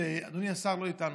אדוני השר לא איתנו,